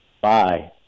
Bye